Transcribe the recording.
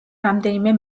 რამდენიმე